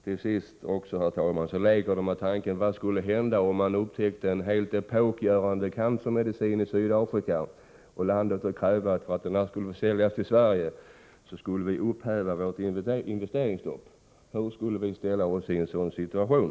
Till sist, herr talman, leker jag med tanken på vad som skulle hända om man upptäckte en helt epokgörande cancermedicin i Sydafrika och landet krävde att vi för att den alls skulle få säljas till Sverige skulle upphäva vårt investeringsstöd. Hur skulle vi ställa oss i en sådan situation?